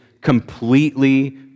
completely